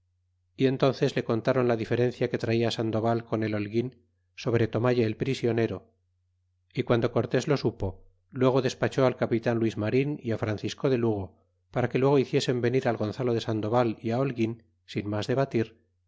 y entónces le contron la diferencia que traia sandoval con el holguin sobre tomalle el prisionero y quando cortés lo supo luego despachó al capitan luis marín y francisco de lugo para que luego hiciesen venir al gonzalo de sandoval y al holguin sin mas debatir